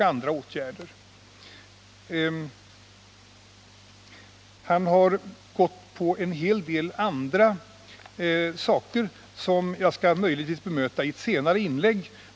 Bengt Gustavsson har nämnt en hel del andra saker som jag möjligen skall bemöta i ett senare inlägg.